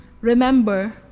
Remember